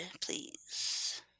please